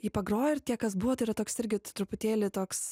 jį pagroji ir tie kas buvo tai yra toks irgi truputėlį toks